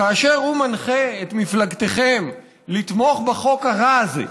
כאשר הוא מנחה את מפלגתכם לתמוך בחוק הרע הזה,